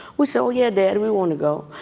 we said oh, yeah, dad, we want to go.